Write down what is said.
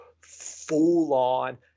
full-on